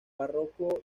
barroco